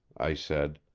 i said.